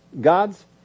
gods